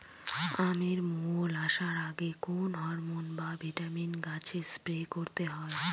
আমের মোল আসার আগে কোন হরমন বা ভিটামিন গাছে স্প্রে করতে হয়?